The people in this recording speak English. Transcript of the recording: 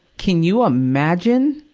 can you imagine,